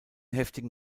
heftigen